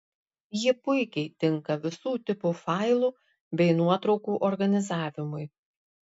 ji puikiai tinka visų tipų failų bei nuotraukų organizavimui